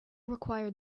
required